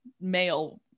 male